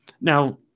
now